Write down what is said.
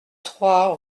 trois